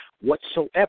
whatsoever